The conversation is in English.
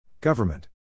Government